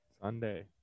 Sunday